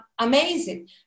amazing